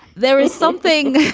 there is something